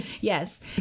yes